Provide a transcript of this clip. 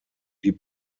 die